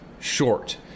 short